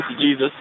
Jesus